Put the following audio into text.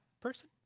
person